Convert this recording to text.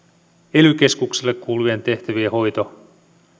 ely keskuksille kuuluvien tehtävien hoito